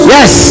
Yes